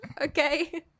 okay